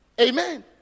Amen